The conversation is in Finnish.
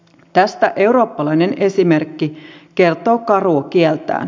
tästä eurooppalainen esimerkki kertoo karua kieltään